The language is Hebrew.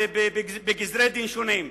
בגזרי-דין שונים.